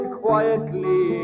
quietly